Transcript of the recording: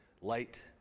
light